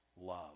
love